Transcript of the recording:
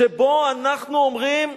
שבו אנחנו אומרים: